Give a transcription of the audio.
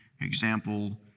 example